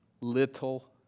little